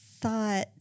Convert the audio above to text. thought